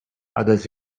others